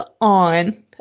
on